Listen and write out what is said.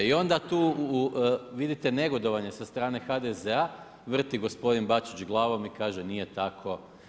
I onda tu vidite negodovanje sa strane HDZ-a, vrti gospodin Bačić glavom i kaže nije tako.